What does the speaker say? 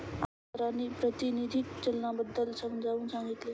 आज सरांनी प्रातिनिधिक चलनाबद्दल समजावून सांगितले